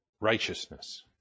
righteousness